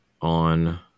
on